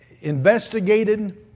investigated